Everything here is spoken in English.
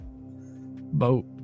boat